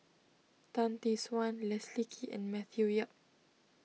Tan Tee Suan Leslie Kee and Matthew Yap